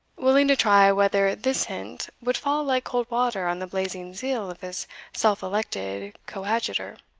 willing to try whether this hint would fall like cold water on the blazing zeal of his self-elected coadjutor.